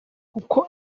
kuko